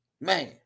Man